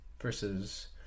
versus